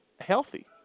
healthy